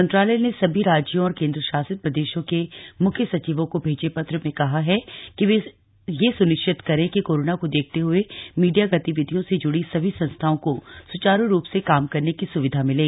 मंत्रालय ने सभी राज्यों और केन्द्रशासित प्रदेशों के म्ख्य सचिवों को भेजे पत्र में कहा है कि वे यह स्निश्चित करें कि कोरोना को देखते हए मीडिया गतिविधियों से ज्ड़ी सभी संस्थाओं को स्चारू रूप से काम करने की स्विधा मिले